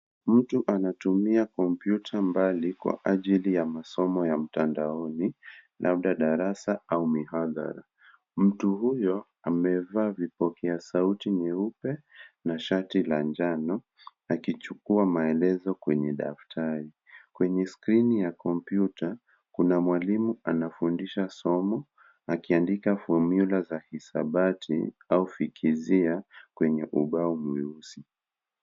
Mtu anatumia kompyuta mbali kwa ajili ya masomo ya mtandaoni labda darasa au mihadhara. Mtu huyo, amevaa vipokea sauti nyeupe na shati la njano, akichukua maelezo kwenye daftari. Kwenye skrini ya kompyuta, kuna mwalimu anafundisha somo, akiandika fomula za hisabati au fizikia kwenye ubao mweusi.